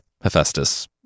Hephaestus